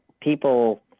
People